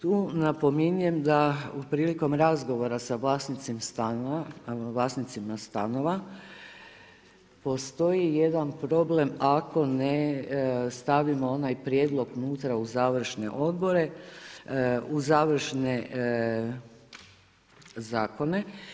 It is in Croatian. Tu napominjem da prilikom razgovora sa vlasnicima stanova postoji jedan problem ako ne stavimo onaj prijedlog nutra u završne odredbe, u završne zakone.